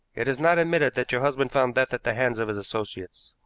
it is not admitted that your husband found death at the hands of his associates,